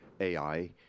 AI